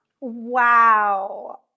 Wow